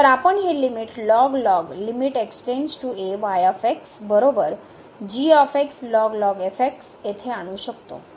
तर आपण हे लिमिट येथे आणू शकतो